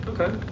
Okay